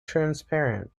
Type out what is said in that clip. transparent